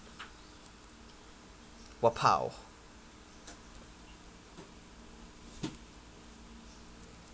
!wah! pow